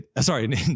sorry